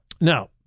Now